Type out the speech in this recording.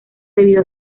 debido